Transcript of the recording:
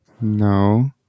no